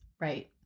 right